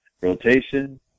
rotation